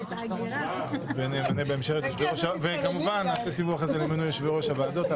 זה נעשה סיבוב למינוי יושבי-ראש הוועדות.